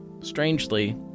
Strangely